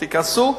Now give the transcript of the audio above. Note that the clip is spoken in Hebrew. תיכנסו,